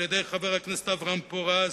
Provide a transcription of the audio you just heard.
על-ידי חבר הכנסת אברהם פורז,